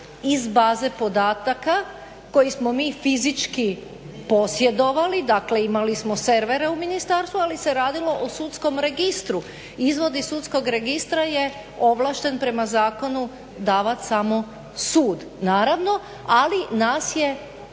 iz baze podataka koji smo mi fizički posjedovali, dakle imali smo servere u ministarstvu, ali se radilo o sudskom registru. Izvod iz sudskog registra je ovlašten prema zakonu davat samo sud. Naravno, ali nas je